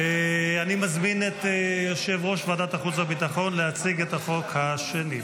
אני מזמין את יושב-ראש ועדת החוץ והביטחון להציג את החוק השני,